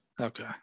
okay